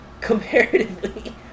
Comparatively